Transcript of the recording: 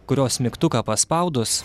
kurios mygtuką paspaudus